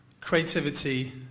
creativity